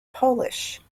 polish